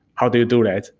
how do you do that?